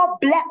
black